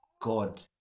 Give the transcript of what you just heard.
God